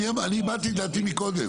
אני הבעתי את דעתי מקודם.